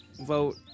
vote